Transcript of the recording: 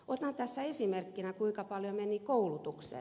otan tässä esimerkkinä kuinka paljon meni koulutukseen